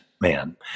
man